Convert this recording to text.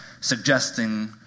suggesting